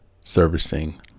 servicing